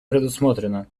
предусмотрено